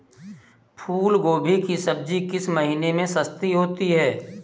फूल गोभी की सब्जी किस महीने में सस्ती होती है?